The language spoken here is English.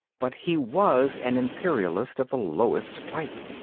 but he was an imperialist of the lowest type.